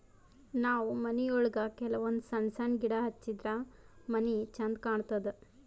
ನಾವ್ ಮನಿಯೊಳಗ ಕೆಲವಂದ್ ಸಣ್ಣ ಸಣ್ಣ ಗಿಡ ಹಚ್ಚಿದ್ರ ಮನಿ ಛಂದ್ ಕಾಣತದ್